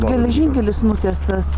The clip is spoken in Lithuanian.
geležinkelis nutiestas